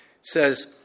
says